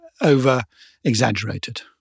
over-exaggerated